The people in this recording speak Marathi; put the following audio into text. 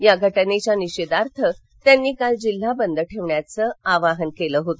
या घटनेच्या निषेधार्थ त्यांनी काल जिल्हा बंद ठेवण्याचं आवाहन केलं होत